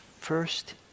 first